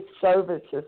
services